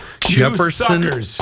Jefferson